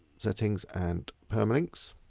settings and permalinks.